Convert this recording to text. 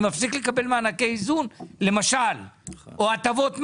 מפסיק לקבל מענקי איזון למשל או הטבות מס.